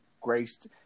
graced